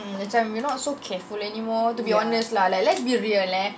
that time you not so careful anymore to be honest lah like let's be real eh